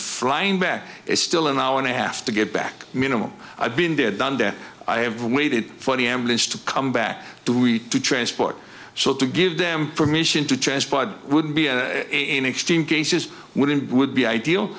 flying back is still an hour and a half to get back minimal i've been there done that i have waited for the ambulance to come back to you to transport so to give them permission to transpire would be in extreme cases wouldn't would be ideal